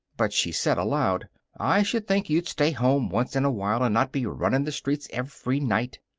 but she said aloud i should think you'd stay home once in a while and not be runnin' the streets every night.